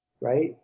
Right